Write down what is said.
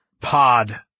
Pod